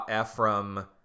Ephraim